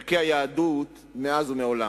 ערכי היהדות מאז ומעולם.